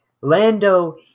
Lando